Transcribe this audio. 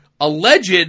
alleged